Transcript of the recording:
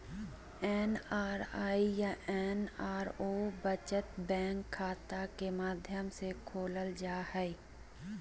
NRE या NRO बचत bank खाता के माध्यम से खोलल जा हइ